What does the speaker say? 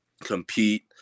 compete